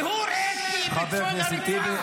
להרוג מחבלים ולהכניע.